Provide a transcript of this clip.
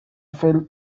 fell